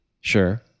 Sure